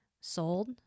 sold